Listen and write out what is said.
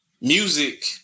Music